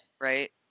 Right